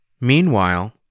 Meanwhile